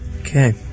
Okay